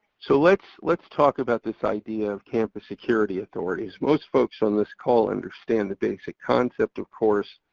so let's let's talk about this idea of campus security authorities. most folks on this call understand the basic concept, of course.